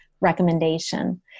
recommendation